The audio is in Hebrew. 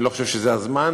אני לא חושב שזה הזמן,